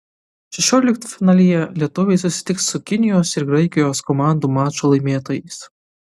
šešioliktfinalyje lietuviai susitiks su kinijos ir graikijos komandų mačo laimėtojais